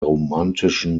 romantischen